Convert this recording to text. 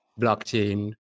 blockchain